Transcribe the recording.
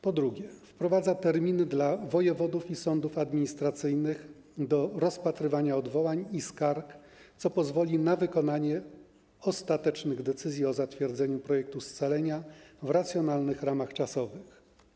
Po drugie, wprowadza się terminy dla wojewodów i sądów administracyjnych do rozpatrywania odwołań i skarg, co pozwoli na wykonanie ostatecznych decyzji o zatwierdzeniu projektu scalenia w racjonalnych ramach czasowych.